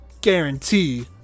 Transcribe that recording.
guarantee